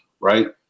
right